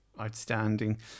outstanding